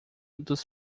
dos